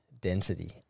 density